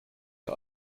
ihr